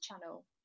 channel